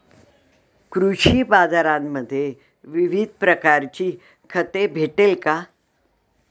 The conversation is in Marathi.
कृषी बाजारांमध्ये विविध प्रकारची खते भेटेल का?